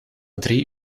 drie